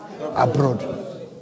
Abroad